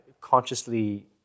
consciously